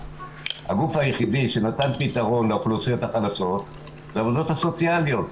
הגוף היחיד שנתן פתרון לאוכלוסיות החלשות זה העובדות הסוציאליות.